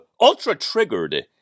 ultra-triggered